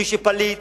מי שפליט